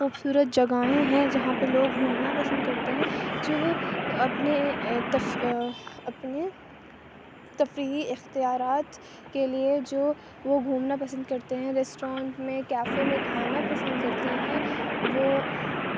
خوبصورت جگہیں ہیں جہاں پہ لوگ گھومنا پسند کرتے ہیں جو اپنے اپنے تفریحی اختیارات کے لیے جو وہ گھومنا پسند کرتے ہیں ریسٹورنٹ میں کیفے میں کھانا پسند کرتے ہیں وہ